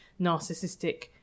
narcissistic